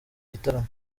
gitaramo